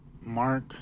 Mark